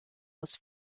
aus